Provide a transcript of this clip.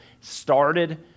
started